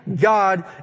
God